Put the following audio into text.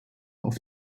auf